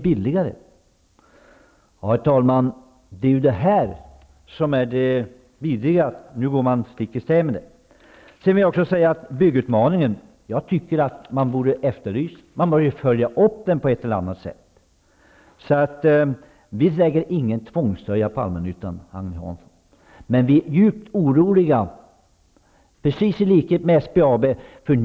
Herr talman! Det vidriga är att man nu handlar stick i stäv mot vad man sagt. Sedan tycker jag att man bör följa upp den s.k. byggutmaningen på ett eller annat sätt. Vi sätter inte tvångströja på Allmännyttan, Agne Hansson! Men vi är djupt oroade, i likhet med vad man är hos SPAB.